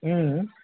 अँ